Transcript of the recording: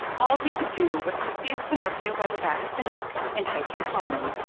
all he could do was to seize pinocchio by the back of the neck and take him home.